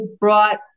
brought